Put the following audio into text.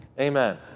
amen